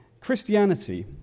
Christianity